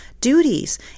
duties